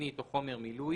מחסנית או חומר מילוי,